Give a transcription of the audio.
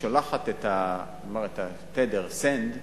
שולחת את התדר, send,